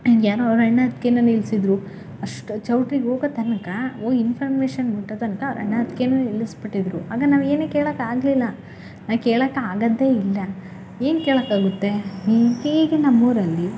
ಯಾರೋ ಅವರ ಅಣ್ಣ ಅತ್ತಿಗೆನ ನಿಲ್ಲಿಸಿದ್ರು ಅಷ್ಟು ಚೌಲ್ಟ್ರಿಗೋಗೊ ತನಕ ಹೋಗಿ ಇನ್ಫರ್ಮೇಷನ್ ಮುಟ್ಟೋ ತನಕ ಅವ್ರ ಅಣ್ಣ ಅತ್ತಿಗೇನ ನಿಲ್ಲಿಸ್ಬಿಟ್ಟಿದ್ರು ಆಗ ನಾವೇನೆ ಕೇಳೋಕಾಗ್ಲಿಲ್ಲ ನಾವು ಕೇಳೋಕಾಗದೇ ಇಲ್ಲ ಏನು ಕೇಳೋಕಾಗುತ್ತೆ ನಮ್ಮೂರಲ್ಲಿ